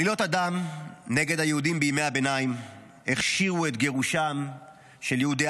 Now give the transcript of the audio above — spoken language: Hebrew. עלילות הדם נגד היהודים בימי הביניים הכשירו את גירושם של יהודי